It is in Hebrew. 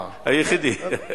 היחידי.